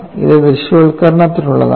ഇത് ദൃശ്യവൽക്കരണത്തിനുള്ളതാണ്